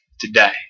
today